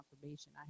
confirmation